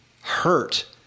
hurt